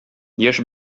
яшь